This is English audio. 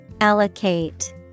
Allocate